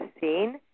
seen